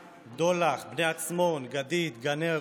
בדולח, בני עצמון, גדיד, גן אור,